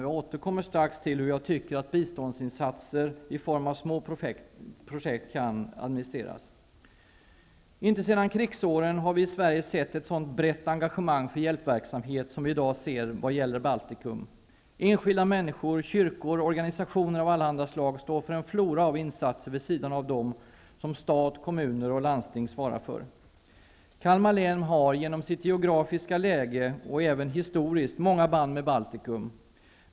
Jag återkommer till hur jag tycker att biståndsinsatser i form av små projekt kan administreras. Inte sedan krigsåren har vi i Sverige sett ett så brett engagemang för hjälpverksamhet som det vi i dag ser vad gäller Baltikum. Enskilda människor, kyrkor och organisationer av allehanda slag står för en flora av insatser vid sidan av dem som stat, kommuner och landsting svarar för. Kalmar län har genom sitt geografiska läge och även historiskt många band med Baltikum.